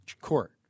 court